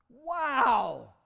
Wow